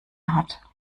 hat